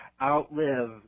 outlive